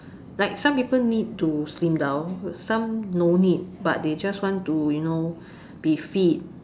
like some people need to slim down some no need but they just want to you know be fit